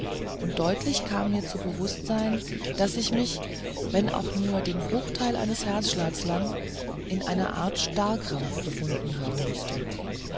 und deutlich kam mir zum bewußtsein daß ich mich wenn auch nur den bruchteil eines herzschlags lang in einer art starrkrampf befunden haben mußte